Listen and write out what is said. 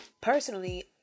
personally